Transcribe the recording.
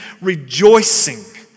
rejoicing